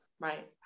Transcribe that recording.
right